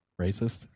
racist